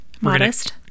Modest